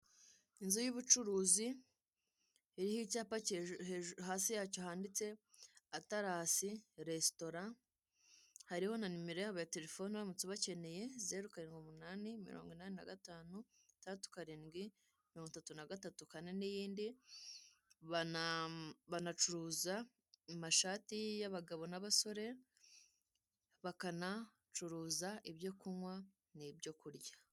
Inzu y'ubucuruzi iriho icyapa hasi yacyo handitse atalasi resitora, hariho na nimero yabo ya telefone uramutse ubakeneye, zeru karindwi umunani mirongo inani na gatanu, itandatu karindwi mirongo itatu na gatatu, kane n'iyindi, banacuruza amashati y'abagabo n'abasore, bakanacuruza ibyo kunywa n'ibyo kurya.